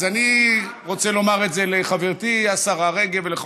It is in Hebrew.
אז אני רוצה לומר את זה לחברתי השרה רגב ולכל